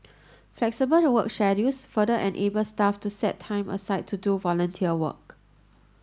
flexible work schedules further enable staff to set time aside to do volunteer work